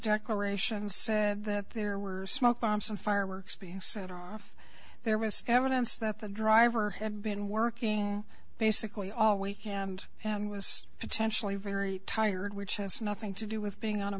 declaration said that there were smoke bombs and fireworks being set off there was evidence that the driver had been working basically all weekend and was potentially very tired which has nothing to do with being on a